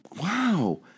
wow